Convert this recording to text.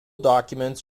documents